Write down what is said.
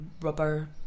rubber